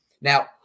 Now